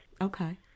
Okay